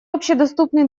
общедоступный